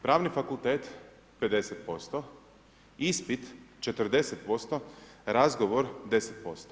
Pravni fakultet 50%, ispit 40%, razgovor 10%